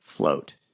float